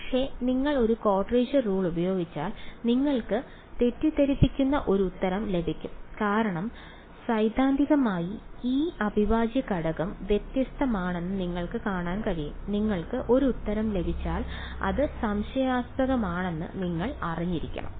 പക്ഷേ നിങ്ങൾ ഒരു ക്വാഡ്രേച്ചർ റൂൾ ഉപയോഗിച്ചാൽ നിങ്ങൾക്ക് തെറ്റിദ്ധരിപ്പിക്കുന്ന ഒരു ഉത്തരം ലഭിക്കും കാരണം സൈദ്ധാന്തികമായി ഈ അവിഭാജ്യഘടകം വ്യത്യസ്തമാണെന്ന് നിങ്ങൾക്ക് കാണാൻ കഴിയും നിങ്ങൾക്ക് ഒരു ഉത്തരം ലഭിച്ചാൽ അത് സംശയാസ്പദമാണെന്ന് നിങ്ങൾ അറിഞ്ഞിരിക്കണം